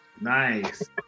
Nice